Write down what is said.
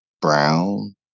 Brown